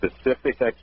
specific